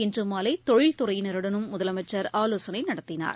இன்றுமாலைதொழில்துறையினருடனும் முதலமைச்சர் ஆலோசனைநடத்தினார்